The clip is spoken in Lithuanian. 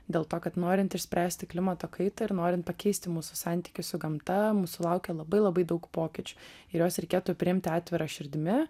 dėl to kad norint išspręsti klimato kaitą ir norint pakeisti mūsų santykį su gamta mūsų laukia labai labai daug pokyčių ir juos reikėtų priimti atvira širdimi